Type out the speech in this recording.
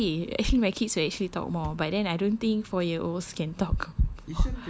ya exactly actually my kids will actually talk more but then I don't think four years old can talk